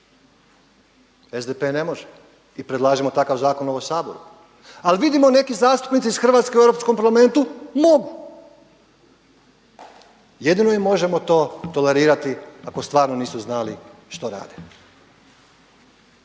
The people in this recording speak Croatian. SDP ne može i predlažemo takav zakon u ovom Saboru. ali vidimo neki zastupnici iz Hrvatske u EU parlamentu mogu, jedino im možemo to tolerirati ako stvarno nisu znali što rade.